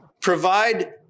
provide